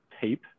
tape